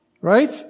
Right